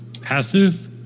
passive